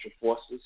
forces